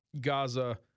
Gaza